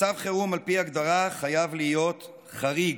מצב חירום, על פי הגדרה, חייב להיות חריג.